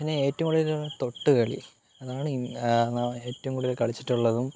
പിന്നെ ഏറ്റവും കൂടുതൽ തൊട്ട് കളി അതാണ് ഏറ്റവും കൂടുതൽ കളിച്ചിട്ടുള്ളതും